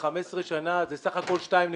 להוסיף את המסלול של היחידים,